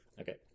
Okay